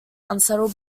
unsettled